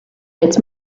its